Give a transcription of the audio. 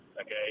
Okay